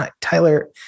tyler